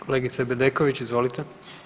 Kolegice Bedeković, izvolite.